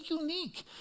unique